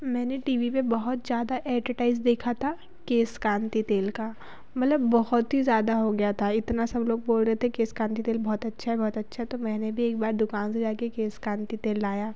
मैंने TV पर बहुत ज़्यादा एडेटाइज़ देखा था केश कांति तेल का मतलब बहुत ही ज़्यादा हो गया था इतना सब लोग बोल रहे थे केश कांति तेल बहुत अच्छा है भौ अच्छा है तो मैंने भी एक बार दुकान से जा कर केश कांति तेल लाया